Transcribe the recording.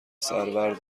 سرور